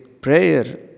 prayer